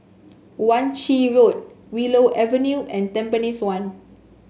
Wan Shih Road Willow Avenue and Tampines one